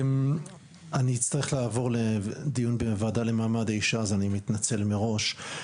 אני אצטרך לעבור לדיון בוועדה למעמד האישה אז אני מתנצל מראש.